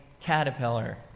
caterpillar